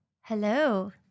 Hello